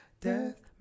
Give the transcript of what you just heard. Death